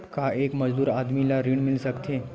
का एक मजदूर आदमी ल ऋण मिल सकथे?